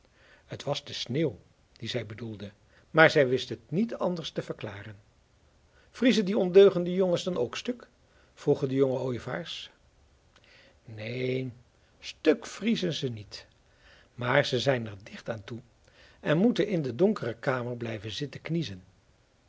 het was de sneeuw die zij bedoelde maar zij wist het niet anders te verklaren vriezen die ondeugende jongens dan ook stuk vroegen de jonge ooievaars neen stuk vriezen ze niet maar ze zijn er dicht aan toe en moeten in de donkere kamer blijven zitten kniezen